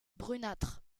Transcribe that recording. brunâtre